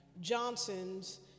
johnson's